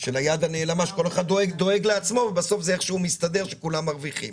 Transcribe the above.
או איכות סבירה.